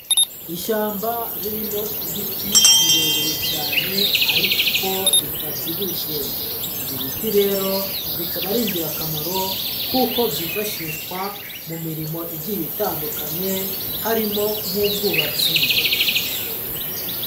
Ishyamba ririmo ibiti birebire cyane ariko bitabyibushye ibi biti rero bikaba ari ingirakamaro kuko byifashishwa mu mirimo igiye itandukanye harimo nk'ubwubatsi.